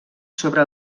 sobre